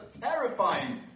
terrifying